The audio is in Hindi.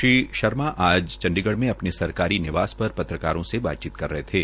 श्री शर्मा आज चंडीगढ़ में अपने सरकारी निवास पर पत्रकारों से बातचीत कर रहे थे